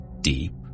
Deep